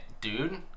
dude